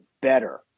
better